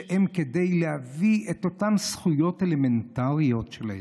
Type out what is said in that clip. שכדי להביא את אותן זכויות אלמנטריות שלהם,